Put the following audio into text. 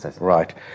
right